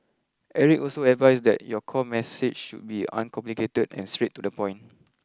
Eric also advised that your core message should be uncomplicated and straight to the point